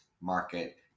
market